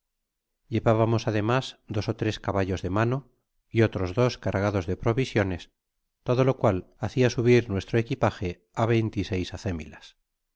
llevábamos ademas dos ó tres caballos de mano y otros dos cargados de provisiones todo lo cual hacia subir nuestra equipaje a veinte y seis acémilas